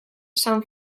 san